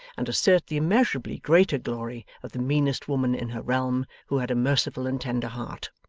and assert the immeasurably greater glory of the meanest woman in her realm, who had a merciful and tender heart.